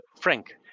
Frank